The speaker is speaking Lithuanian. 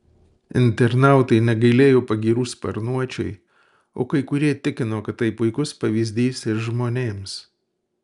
internautai negailėjo pagyrų sparnuočiui o kai kurie tikino kad tai puikus pavyzdys ir žmonėms